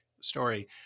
story